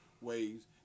ways